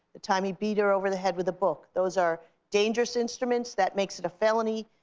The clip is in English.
the time he beat her over the head with a book. those are dangerous instruments that makes it a felony.